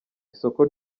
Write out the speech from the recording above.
isoko